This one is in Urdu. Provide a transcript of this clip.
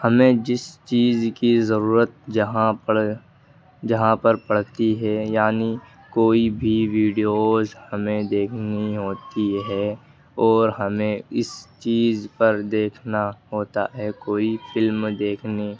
ہمیں جس چیز کی ضرورت جہاں پڑ جہاں پر پڑتی ہے یعنی کوئی بھی ویڈیوز ہمیں دیکھنی ہوتی ہے اور ہمیں اس چیز پر دیکھنا ہوتا ہے کوئی فلم دیکھنی